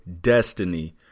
destiny